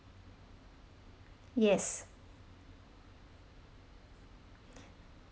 yes